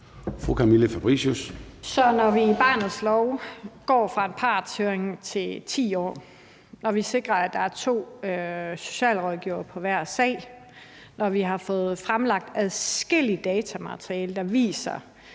når vi i barnets lov går fra en partshøring til 10 år, når vi sikrer, at der er to socialrådgivere på hver sag, når vi har fået fremlagt adskilligt datamateriale, der viser,